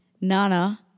Nana